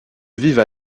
vivent